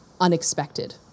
unexpected